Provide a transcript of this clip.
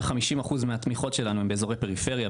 במסלולי פיתוח לייצור שמעל 50% התמיכות שלנו הם באזורי פריפריה,